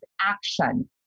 action